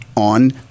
On